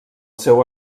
seu